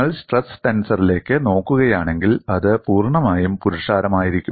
നിങ്ങൾ സ്ട്രെസ് ടെൻസറിലേക്ക് നോക്കുകയാണെങ്കിൽ അത് പൂർണ്ണമായും പുരുഷാരമായിരിക്കും